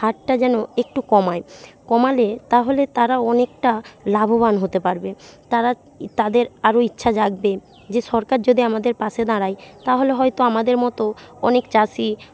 হারটা যেন একটু কমায় কমালে তাহলে তারা অনেকটা লাভবান হতে পারবে তারা তাদের আরো ইচ্ছা জাগবে যে সরকার যদি আমাদের পাশে দাঁড়ায় তাহলে হয়তো আমাদের মতো অনেক চাষি